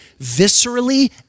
viscerally